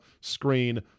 screen